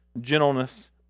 gentleness